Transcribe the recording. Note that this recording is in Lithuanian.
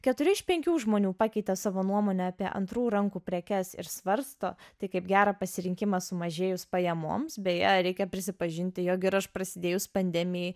keturi iš penkių žmonių pakeitė savo nuomonę apie antrų rankų prekes ir svarsto tai kaip gerą pasirinkimą sumažėjus pajamoms beje reikia prisipažinti jog ir aš prasidėjus pandemijai